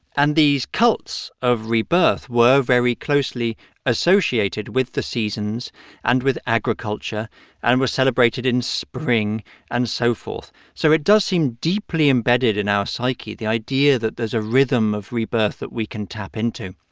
and these cults of rebirth were very closely associated with the seasons and with agriculture and were celebrated in spring and so forth. so it does seem deeply embedded in our psyche the idea that there's a rhythm of rebirth that we can tap into